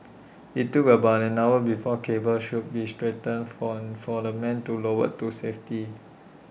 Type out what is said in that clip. IT took about an hour before cables should be straightened form for the man to lowered to safety